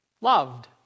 loved